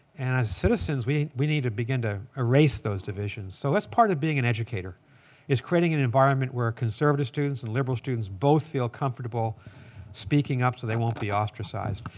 and as citizens, we we need to begin to erase those divisions. so that's part of being an educator is creating an environment where conservative students and liberal students both feel comfortable speaking up so they won't be ostracized.